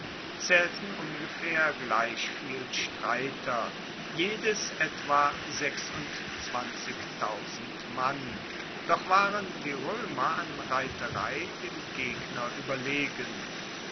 zaehlten ungefaehr gleich viel streiter jedes etwa mann doch waren die roemer an reiterei dem gegner ueberlegen